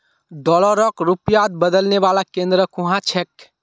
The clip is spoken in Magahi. डॉलरक रुपयात बदलने वाला केंद्र कुहाँ छेक